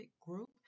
group